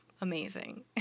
amazing